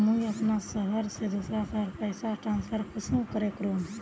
मुई अपना शहर से दूसरा शहर पैसा ट्रांसफर कुंसम करे करूम?